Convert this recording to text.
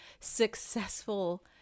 successful